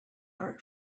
art